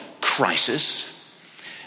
crisis